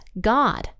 God